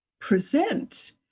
present